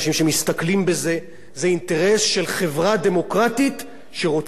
חברה דמוקרטית שרוצה להיות חברה מתקדמת,